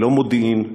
ללא מודיעין,